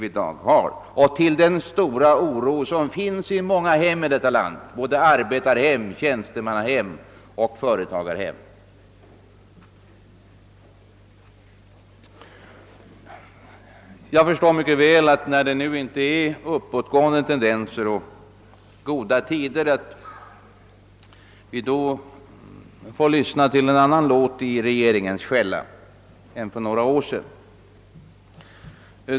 vi i dag har och till den stora oro som råder i många hem i deita land, både arbetarhem, tjänstemannahem och företagarhem. Nu när vi inte har uppåtgående tendenser och goda tider har det blivit annan låt i regeringens skälla än för några år sedan.